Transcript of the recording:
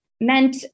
meant